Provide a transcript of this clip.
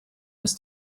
was